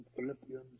Philippians